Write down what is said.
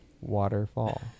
waterfall